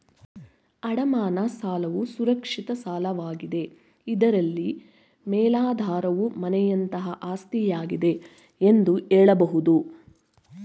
ಅಡಮಾನ ಸಾಲವು ಸುರಕ್ಷಿತ ಸಾಲವಾಗಿದೆ ಇದ್ರಲ್ಲಿ ಮೇಲಾಧಾರವು ಮನೆಯಂತಹ ಆಸ್ತಿಯಾಗಿದೆ ಎಂದು ಹೇಳಬಹುದು